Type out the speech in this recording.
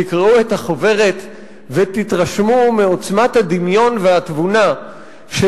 תקראו את החוברת ותתרשמו מעוצמת הדמיון והתבונה של